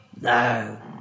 No